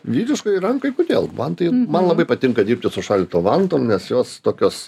vyriškai rankai kodėl man tai man labai patinka dirbti su šaldytom vantom nes jos tokios